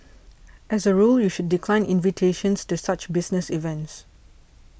as a rule you should decline invitations to such business events